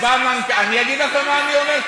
אני אגיד לך מה אני אומר,